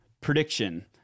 prediction